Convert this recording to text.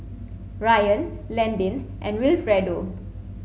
Ryann Landyn and Wilfredo